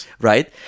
right